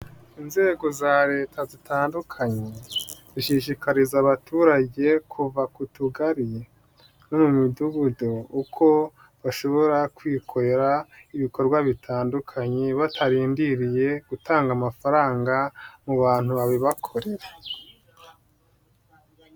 Inzego za Leta zitandukanye zishishikariza abaturage kuva ku tugari no mu midugudu uko bashobora kwikorera ibikorwa bitandukanye batarindiriye gutanga amafaranga mu bantu babibakorera.